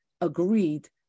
agreed